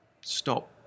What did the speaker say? stop